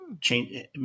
Change